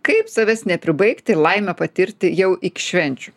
kaip savęs nepribaigt ir laimę patirti jau iki švenčių